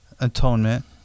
atonement